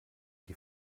die